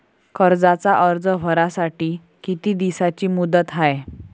कर्जाचा अर्ज भरासाठी किती दिसाची मुदत हाय?